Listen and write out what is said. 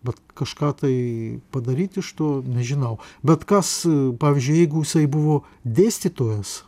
bet kažką tai padaryti iš to nežinau bet kas pavyzdžiui jeigu jisai buvo dėstytojas